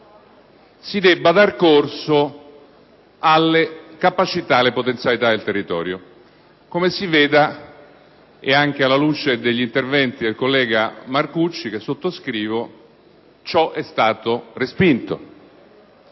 si debba dar corso alle capacità e potenzialità del territorio. Come è emerso finora e anche alla luce degli interventi del collega Marcucci, che sottoscrivo, ciò è stato respinto.